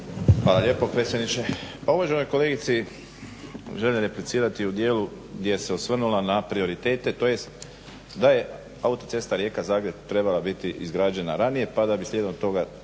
Hvala lijepo predsjedniče. Pa uvaženoj kolegici želim replicirati u dijelu gdje se osvrnula na prioritete, tj. da je autocesta Rijeka-Zagreb trebala biti izgrađena ranije, pa da bi slijedom toga